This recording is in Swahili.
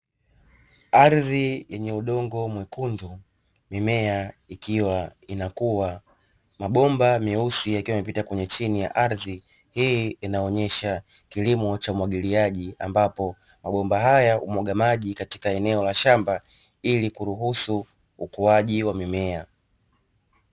Ardhi yenye udongo mwekundu mimea ikiwa inakua. Mabomba meusi yakiwa yamepita kwenye chini ya ardhi ,hii inaonyesha kilimo cha umwagiliaji ambapo mabomba haya humwaga maji katika eneo la shamba ili kuruhusu ukuaji wa mimea.